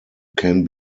can